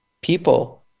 people